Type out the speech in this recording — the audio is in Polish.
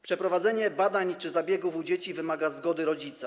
Przeprowadzenie badań czy zabiegów u dzieci wymaga zgody rodzica.